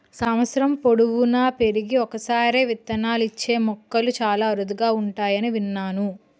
సంవత్సరం పొడువునా పెరిగి ఒక్కసారే విత్తనాలిచ్చే మొక్కలు చాలా అరుదుగా ఉంటాయని విన్నాను